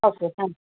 okay ಹಾಂ